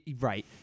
Right